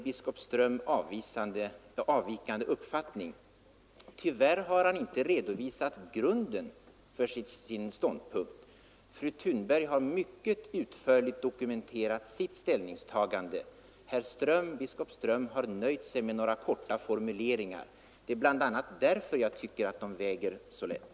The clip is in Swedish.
Biskop Ström har anmält en avvikande uppfattning, men han har tyvärr inte redovisat grunden för sin ståndpunkt. Fru Thunberg har mycket utförligt dokumenterat sitt ställningstagande. Biskop Ström har nöjt sig med några korta formuleringar. Det är bl.a. därför som jag tycker att hans inlägg väger så lätt.